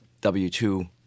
W-2